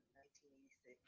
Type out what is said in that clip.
1986